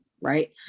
right